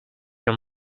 your